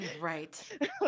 right